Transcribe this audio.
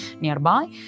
nearby